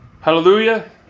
Hallelujah